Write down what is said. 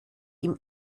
ihm